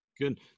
Good